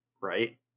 right